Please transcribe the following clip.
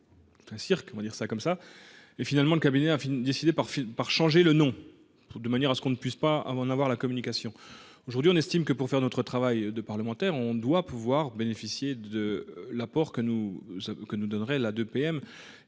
hein. Un cirque, on va dire ça comme ça et finalement le cabinet enfin décidée par par changer le nom. De manière à ce qu'on ne puisse pas en avoir la communication aujourd'hui, on estime que pour faire notre travail de parlementaire, on doit pouvoir bénéficier de l'apport que nous que nous donnerait la de